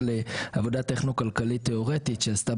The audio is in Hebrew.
על עבודה טכנו-כלכלית תיאורטית שעשתה,